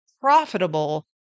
profitable